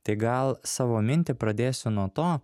tai gal savo mintį pradėsiu nuo to